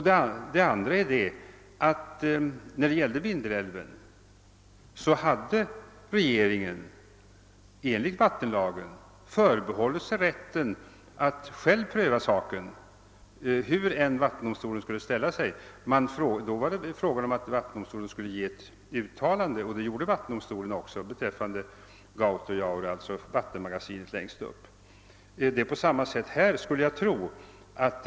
Den andra är att regeringen beträffande Vindelälven enligt vattenlagen hade förbehållit sig rätten att själv pröva saken hur än vattendomstolen skulle ställa sig. Då skulle vattendomstolen ge ett uttalande — och gjorde det också — beträffande Gautojaure, alltså vattenmagasinet längst upp. Det är på samma sätt här, skulle jag tro.